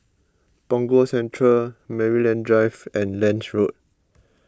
Punggol Central Maryland Drive and Lange Road